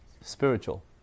Spiritual